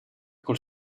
col